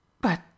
But